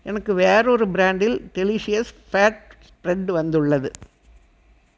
எனக்கு வேறொரு பிராண்டில் டெலிஷியஸ் ஃபேட் ஸ்ப்ரெட் வந்துள்ளது